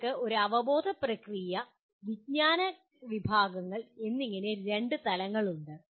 നിങ്ങൾക്ക് അവബോധന പ്രക്രിയ വിജ്ഞാന വിഭാഗങ്ങൾ എന്നിങ്ങനെ രണ്ട് തലങ്ങളുണ്ട്